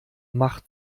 mach